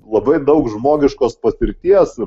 labai daug žmogiškos patirties